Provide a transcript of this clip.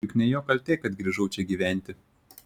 juk ne jo kaltė kad grįžau čia gyventi